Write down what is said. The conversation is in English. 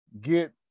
get